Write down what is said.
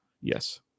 yes